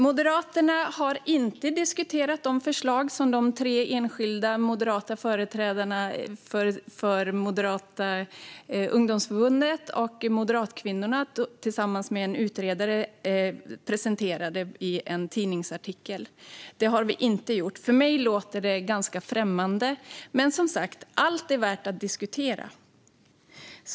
Moderaterna har inte diskuterat de förslag som enskilda företrädare för Moderata ungdomsförbundet och Moderatkvinnorna har presenterat tillsammans med en utredare i en tidningsartikel. För mig låter detta ganska främmande. Men allt är som sagt värt att diskutera.